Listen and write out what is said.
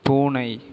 பூனை